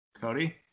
Cody